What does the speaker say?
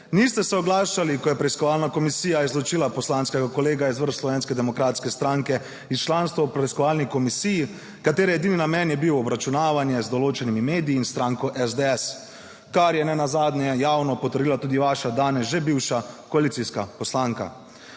niste se oglašali, ko je preiskovalna komisija izločila poslanskega kolega iz vrst Slovenske demokratske stranke iz članstva v preiskovalni komisiji, katere edini namen je bil obračunavanje z določenimi mediji in stranko SDS, kar je nenazadnje javno potrdila tudi vaša danes že bivša koalicijska poslanka.